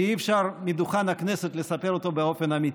כי אי-אפשר מדוכן הכנסת לספר אותו באופן אמיתי.